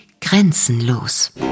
grenzenlos